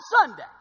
Sunday